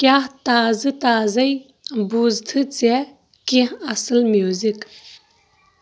کیاہ تازٕ تازَے بوزتھہٕ ژےٚ کینٛہہ اصٕل میوزک ؟